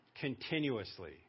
continuously